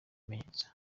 ibimenyetso